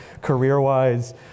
career-wise